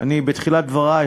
בתחילת דברי,